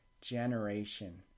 generation